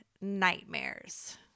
nightmares